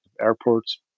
airports